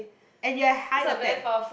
and you are high attack